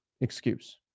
excuse